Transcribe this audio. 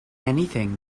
anything